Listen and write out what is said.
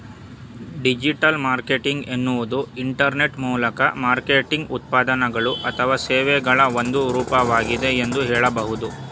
digital marketing ಎನ್ನುವುದು internet ಮೂಲಕ marketing ಉತ್ಪನ್ನಗಳು ಅಥವಾ ಸೇವೆಗಳ ಒಂದು ರೂಪವಾಗಿದೆ ಎಂದು ಹೇಳಬಹುದು